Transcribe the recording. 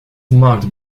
marked